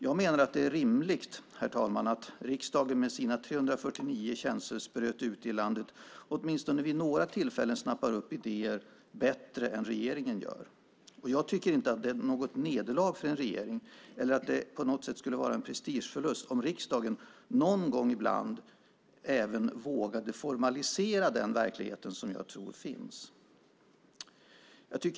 Jag menar att det är rimligt, herr talman, att riksdagen med sina 349 känselspröt ut i landet åtminstone vid några tillfällen snappar upp idéer bättre än vad regeringen gör. Det är inte ett nederlag eller en prestigeförslut för en regering om riksdagen någon gång ibland även vågade formalisera den verklighet som jag tror finns.